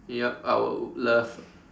yup I would love